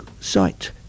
site